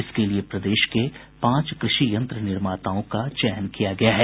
इसके लिये प्रदेश के पांच कृषि यंत्र निर्माताओं का चयन किया गया है